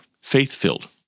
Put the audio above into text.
faith-filled